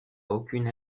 aucune